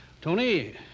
Tony